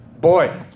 Boy